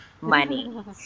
money